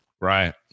Right